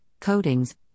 coatings